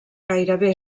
gairebé